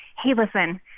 hey, listen.